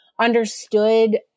understood